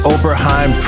Oberheim